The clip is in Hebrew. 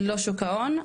לא שוק ההון,